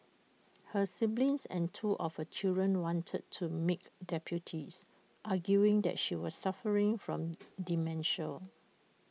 her siblings and two of her children wanted to make deputies arguing that she was suffering from dementia